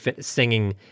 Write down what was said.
singing